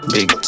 Big